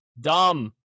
Dumb